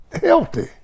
healthy